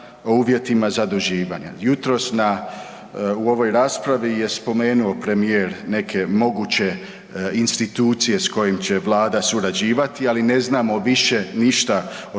o uvjetima zaduživanja? Jutros u ovoj raspravi je spomenuo premijer neke moguće institucije s kojim će Vlada surađivati, ali ne znamo više ništa o